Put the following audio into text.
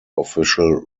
official